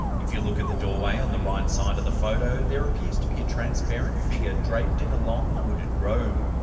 if you look at the doorway on the right side of the photo, there appears to be a transparent figure draped in a long hooded robe.